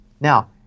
Now